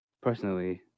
personally